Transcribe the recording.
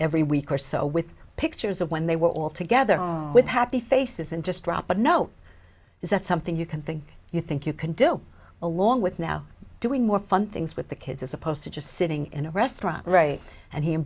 every week or so with pictures of when they were all together with happy faces and just drop a note is that something you can think you think you can do along with now doing more fun things with the kids as opposed to just sitting in a restaurant right and he